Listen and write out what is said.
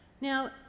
Now